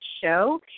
show